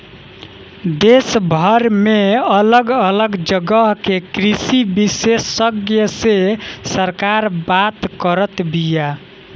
देशभर में अलग अलग जगह के कृषि विशेषग्य से सरकार बात करत बिया